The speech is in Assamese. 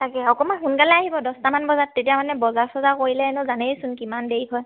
তাকে অকণমান সোনকালে আহিব দছটামান বজাত তেতিয়া মানে বজা ৰচজা কৰিলে এনেও জানেইচোন কিমান দেৰি হয়